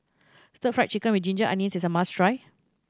Stir Fry Chicken with ginger onions is a must try